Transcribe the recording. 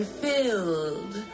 filled